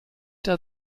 der